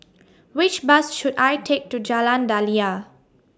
Which Bus should I Take to Jalan Daliah